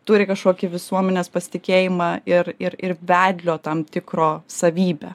turi kažkokį visuomenės pasitikėjimą ir ir ir vedlio tam tikro savybę